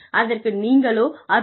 அதற்கு நீங்களோ அற்புதம்